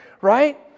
right